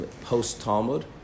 post-Talmud